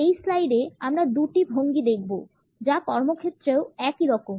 এই স্লাইডে আমরা দুটি ভঙ্গি দেখব যা কর্মক্ষেত্রেও একই রকম